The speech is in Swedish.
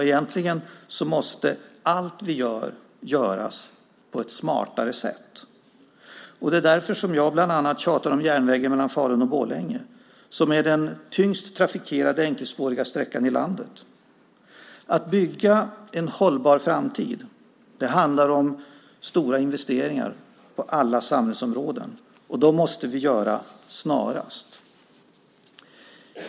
Egentligen måste allt vi gör göras på ett smartare sätt. Det är därför som jag bland annat tjatar om järnvägen mellan Falun och Borlänge som är den tyngst trafikerade enkelspåriga sträckan i landet. Att bygga en hållbar framtid handlar om stora investeringar på alla samhällsområden. De måste vi göra snarast.